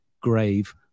grave